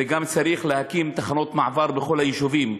וגם צריך להקים תחנות מעבר בכל היישובים.